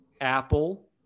Apple